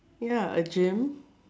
ya a gym